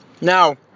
Now